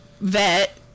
vet